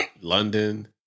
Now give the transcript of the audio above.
London